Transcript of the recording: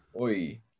Oi